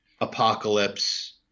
Apocalypse